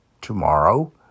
Tomorrow